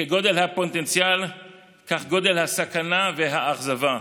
כגודל הפוטנציאל כך גודל הסכנה והאכזבה: